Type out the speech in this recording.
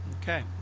Okay